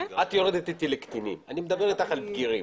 את יורדת איתי לקטינים, אני מדבר איתך על בגירים.